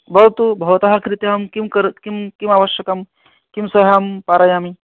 भवतु भवत कृते अहं किं कर् किम् किम् आवश्यकम् किं साहायं पारयामि